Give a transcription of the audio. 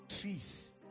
trees